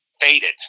faded